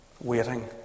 waiting